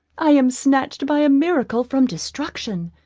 i am snatched by a miracle from destruction!